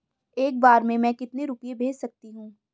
एक बार में मैं कितने रुपये भेज सकती हूँ?